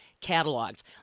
catalogs